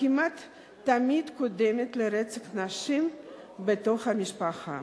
כמעט תמיד קודמת לרצח נשים בתוך המשפחה.